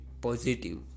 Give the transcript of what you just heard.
positive